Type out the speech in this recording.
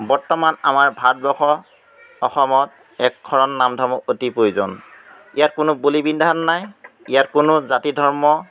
বৰ্তমান আমাৰ ভাৰতবৰ্ষ অসমত এক শৰণ নাম ধৰ্ম অতি প্ৰয়োজন ইয়াত কোনো বলি বিধান নাই ইয়াত কোনো জাতি ধৰ্ম